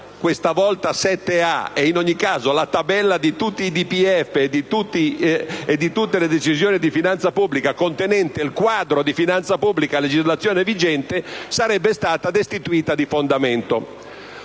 è la 7a, ma, in ogni caso, la tabella di tutti i DPEF e di tutte le Decisioni di finanza pubblica -contenente il quadro di finanza pubblica a legislazione vigente sarebbe stata destituita di fondamento.